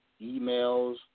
emails